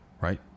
right